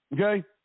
Okay